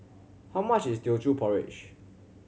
how much is Teochew Porridge